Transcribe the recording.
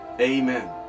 Amen